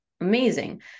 Amazing